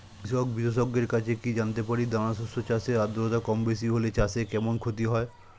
কৃষক বিশেষজ্ঞের কাছে কি জানতে পারি দানা শস্য চাষে আদ্রতা কমবেশি হলে চাষে কেমন ক্ষতি হয়?